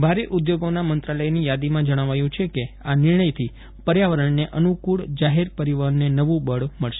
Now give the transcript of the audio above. ભારે ઉઘોગોના મંત્રાલયની યાદીમાં જણાવ્યું છે કે આ નિર્ણયથી પર્યાવરણને અનુકૂળ જાહેર પરિવહનને નવું બળ મળશે